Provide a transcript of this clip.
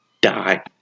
die